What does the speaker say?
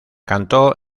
cantó